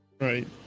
Right